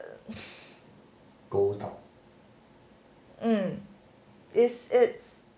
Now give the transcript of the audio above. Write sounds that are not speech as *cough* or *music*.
*laughs* um it's it's